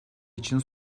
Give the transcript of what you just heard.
için